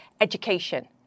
education